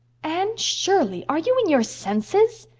anne shirley, are you in your senses?